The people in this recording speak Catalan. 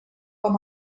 com